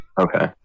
Okay